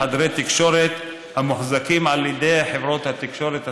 לחדרי תקשורת המוחזקים על ידי חברות התקשורת הסלולרי,